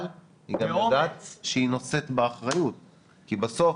-- אבל היא גם יודעת שהיא נושאת באחריות כי בסוף